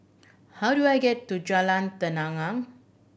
how do I get to Jalan Tenang